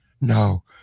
no